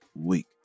week